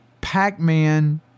Pac-Man